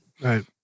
Right